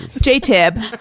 J-Tib